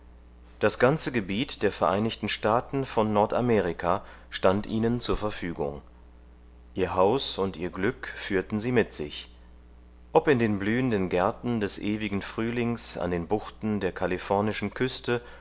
das ganze gebiet der vereinigten staaten von nordamerika stand ihnen zur verfügung ihr haus und ihr glück führten sie mit sich ob in den blühenden gärten des ewigen frühlings an den buchten der kalifornischen küste